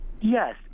Yes